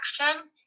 action